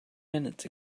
minutes